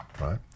right